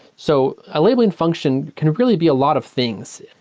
so a labeling function can really be a lot of things.